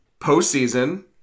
Postseason